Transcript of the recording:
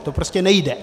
To prostě nejde.